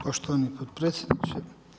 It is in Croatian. Poštovani potpredsjedniče.